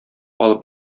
алып